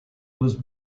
was